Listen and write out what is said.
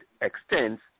extends